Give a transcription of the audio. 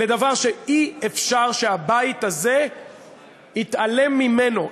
לדבר שאי-אפשר שהבית הזה יתעלם ממנו,